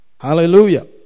Hallelujah